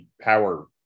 power